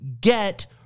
get